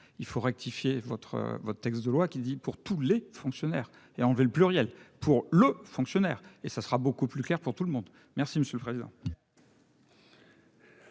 il faut rectifier votre votre texte de loi qui dit, pour tous les fonctionnaires et enlever le pluriel pour le fonctionnaire et ça sera beaucoup plus clair pour tout le monde. Merci monsieur le président.